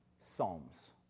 Psalms